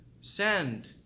send